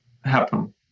happen